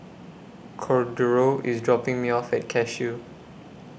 Cordero IS dropping Me off At Cashew